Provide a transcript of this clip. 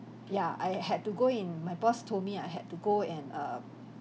ya I had to go in my boss told me I had to go and err